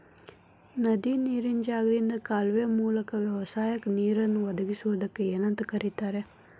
ನದಿಯ ನೇರಿನ ಜಾಗದಿಂದ ಕಾಲುವೆಯ ಮೂಲಕ ವ್ಯವಸಾಯಕ್ಕ ನೇರನ್ನು ಒದಗಿಸುವುದಕ್ಕ ಏನಂತ ಕರಿತಾರೇ?